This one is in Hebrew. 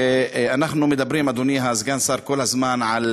אנחנו מדברים, אדוני סגן השר, כל הזמן על